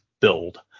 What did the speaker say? build